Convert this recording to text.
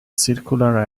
circular